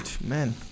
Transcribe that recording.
man